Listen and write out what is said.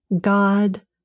God